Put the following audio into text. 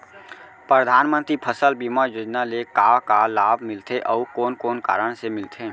परधानमंतरी फसल बीमा योजना ले का का लाभ मिलथे अऊ कोन कोन कारण से मिलथे?